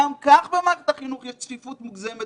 גם כך במערכת החינוך יש צפיפות מוגזמת